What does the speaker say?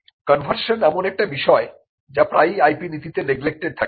conversion এমন একটি বিষয় যা প্রায়ই IP নীতিতে নেগলেক্টেড্ থাকে